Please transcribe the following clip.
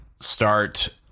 start